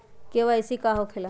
KYC का होला?